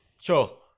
Sure